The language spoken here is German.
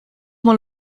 mal